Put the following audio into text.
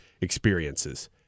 experiences